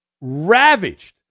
Ravaged